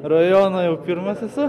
rajono jau pirmas esu